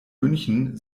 münchen